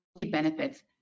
benefits